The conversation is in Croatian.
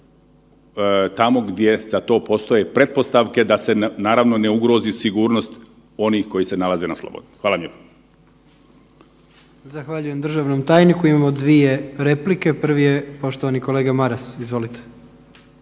tamo gdje za to postoje pretpostavke da se naravno ne ugrozi sigurnost onih kojih se nalaze na slobodi. Hvala lijepo. **Jandroković, Gordan (HDZ)** Zahvaljujem državnom tajniku. Imamo dvije replike, prvi je poštovani kolega Maras. Izvolite.